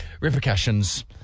repercussions